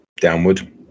downward